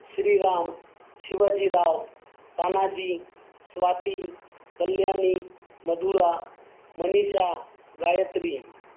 Shriram Shivajirao Tanaji Swati Kalyani Madhura Manisha Gayatri